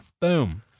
Boom